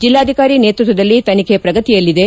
ಜಿಲ್ಲಾಧಿಕಾರಿ ನೇತೃತ್ವದಲ್ಲಿ ತನಿಚೆ ಪ್ರಗತಿಯಲ್ಲಿದೆ